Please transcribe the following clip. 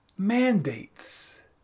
Mandates